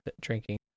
drinking